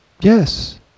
Yes